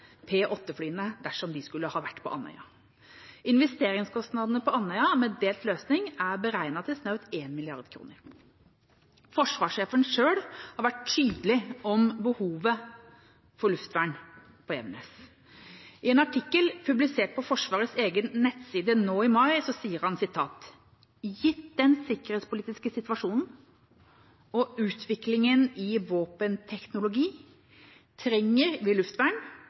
dersom de skulle ha vært på Andøya. Investeringskostnadene på Andøya med delt løsning er beregnet til snaut 1 mrd. kr. Forsvarssjefen sjøl har vært tydelig på behovet for luftvern på Evenes. I en artikkel publisert på Forsvarets egen nettside nå i mai, sier han: «Gitt den sikkerhetspolitiske situasjonen og utviklingen i våpenteknologi, trenger vi luftvern